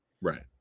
right